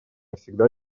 всегда